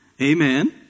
Amen